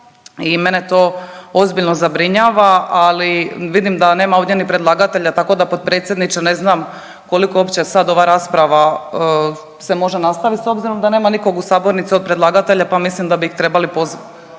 i mene to ozbiljno zabrinjava, ali vidim da nema ovdje ni predlagatelja tako da potpredsjedniče ne znam koliko uopće sad ova rasprava se može nastaviti s obzirom da nema nikog u sabornici od predlagatelja, pa mislim da bi ih trebali poz…